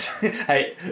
hey